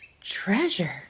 treasure